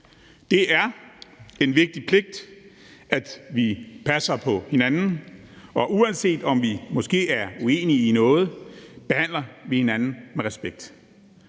Det er en vigtig pligt, at vi passer på hinanden, og uanset om vi måske er uenige om noget, behandler vi hinanden med respekt.